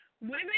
women